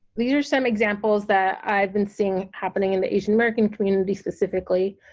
these are some examples that i've been seeing happening in the asian american community specifically.